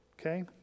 Okay